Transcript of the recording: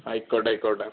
ആയിക്കോട്ടെ ആയിക്കോട്ടെ